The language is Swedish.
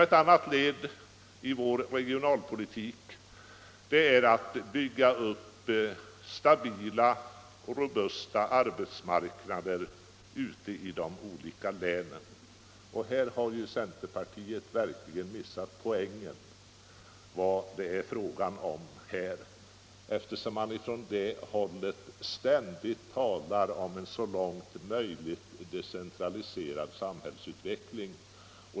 Ett annat led i vår regionalpolitik är att bygga upp stabila och robusta arbetsmarknader ute i länen. Där har centerpartiet verkligen missat poängen, eftersom man från centern ständigt talar om en så långt möjligt decentraliserad samhällsutveckling.